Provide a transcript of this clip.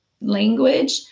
language